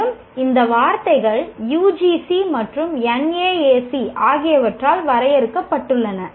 மேலும் இந்த வார்த்தைகள் யுஜிசி மற்றும் என்ஏஏசி ஆகியவற்றால் வரையறுக்கப்பட்டுள்ளன